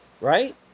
right